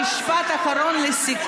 מבקשת, אני אגיד לשר.